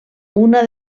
una